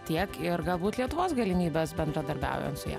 tiek ir galbūt lietuvos galimybes bendradarbiaujant su ja